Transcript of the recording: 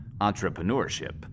entrepreneurship